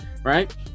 right